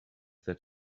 that